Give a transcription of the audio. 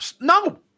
No